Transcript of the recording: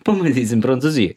pamatysim prancūzijoj